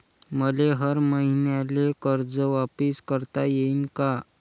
मले हर मईन्याले कर्ज वापिस करता येईन का?